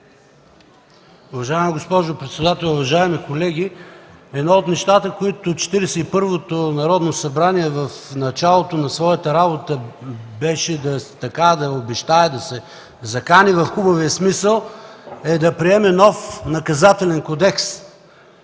Уважаема госпожо председател, уважаеми колеги! Едно от нещата, които Четиридесет и първото Народно събрание в началото на своята работа беше да обещае, да се закани в хубавия смисъл, е да приеме нов Наказателен кодекс.